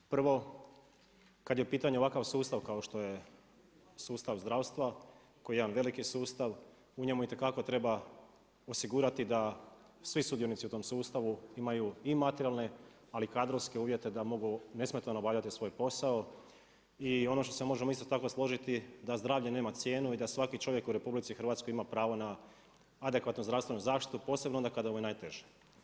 Prvo, kada je u pitanju ovakav sustav kao što je sustav zdravstva, koji je jedan veliki sustav, u njemu itekako treba osigurati da svi sudionici u tom sustavu imaju i materijalne, ali i kadrovske uvijete da mogu nesmetano obavljati svoj posao i ono što se možemo isto tako složiti da zdravlje nema cijenu i da svaki čovjek u RH ima pravo na adekvatnu zdravstvenu zaštitu, posebno onda kada mu je najteže.